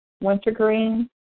wintergreen